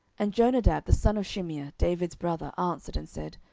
and jonadab, the son of shimeah david's brother, answered and said,